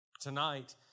tonight